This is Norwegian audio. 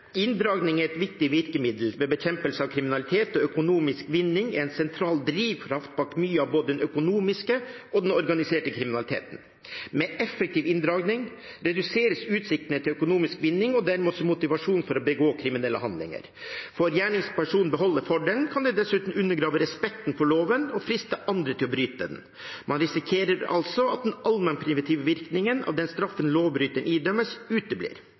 Inndragning er et viktig virkemiddel ved bekjempelse av kriminalitet, og økonomisk vinning er en sentral drivkraft bak mye av både den økonomiske og den organiserte kriminaliteten. Med effektiv inndragning reduseres utsiktene til økonomisk vinning og dermed også motivasjonen for å begå kriminelle handlinger. Får gjerningspersonen beholde fordelen, kan det dessuten undergrave respekten for loven og friste andre til å bryte den. Man risikerer altså at den allmennpreventive virkningen av den straffen lovbryter idømmes, uteblir.